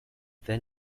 then